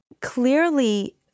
clearly